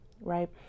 right